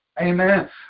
Amen